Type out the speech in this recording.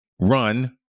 Run